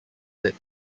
lit